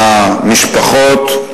למשפחות,